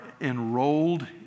enrolled